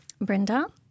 Brenda